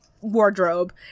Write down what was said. wardrobe